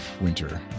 winter